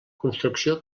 construcció